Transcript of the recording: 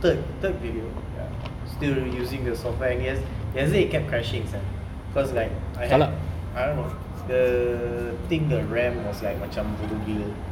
third third video still using the software and yesterday it kept crashing sia cause like I ha~ I don't know the thing the RAM was like macam bodoh gila